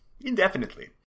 Indefinitely